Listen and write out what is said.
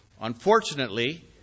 Unfortunately